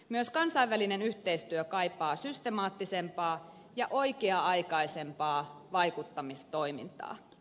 myös kansainvälinen yhteistyö kaipaa systemaattisempaa ja oikea aikaisempaa vaikuttamistoimintaa